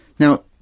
Now